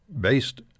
based